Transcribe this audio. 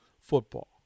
football